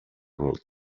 world